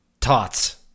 Tots